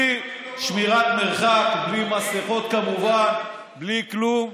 בלי שמירת מרחק, בלי מסכות, כמובן, בלי כלום,